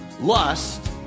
Lust